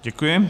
Děkuji.